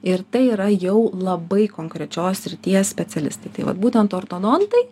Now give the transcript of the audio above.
ir tai yra jau labai konkrečios srities specialistai tai vat būtent ortodontai